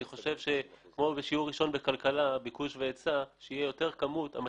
אני חושב זה כמו שיעור ראשון בכלכלה על ביקוש והיצע - שאם הכמות תגדל,